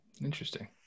Interesting